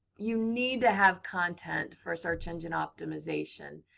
you need to have content for search engine optimization.